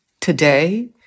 Today